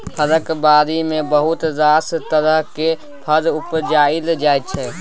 फरक बारी मे बहुत रास तरहक फर उपजाएल जाइ छै